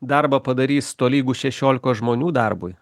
darbą padarys tolygų šešiolikos žmonių darbui